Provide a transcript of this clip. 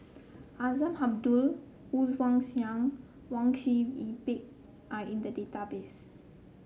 Azman Abdullah Woon Wah Siang Wang Sui Pick are in the database